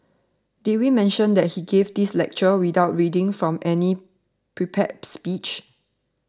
did we mention that he gave this lecture without reading from any prepared speech